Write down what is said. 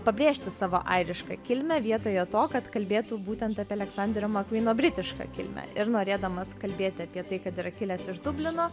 pabrėžti savo airišką kilmę vietoje to kad kalbėtų būtent aleksanderio mcqueno britišką kilmę ir norėdamas kalbėti apie tai kad yra kilęs iš dublino